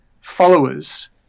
followers